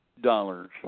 dollars